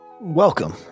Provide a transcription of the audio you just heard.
Welcome